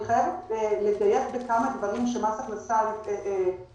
אני חייבת לדייק בכמה דברים שמס הכנסה אמרו,